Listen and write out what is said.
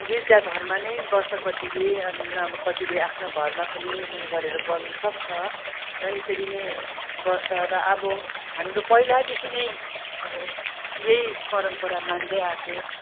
गिर्जाघरमा नै गर्छ कतिले नभए कतिले आफ्नो घरमा पनि उयो गरेर गर्नु सक्छ र यसरी नै गर्छ र अब हाम्रो पहिलादेखि नै अब यही परम्परा मान्दै आएको